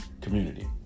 community